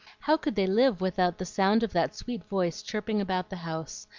how could they live without the sound of that sweet voice chirping about the house,